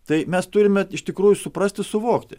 tai mes turime iš tikrųjų suprasti suvokti